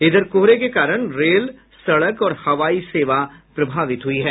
इधर कोहरे के कारण रेल सड़क और हवाई सेवा प्रभावित हुई है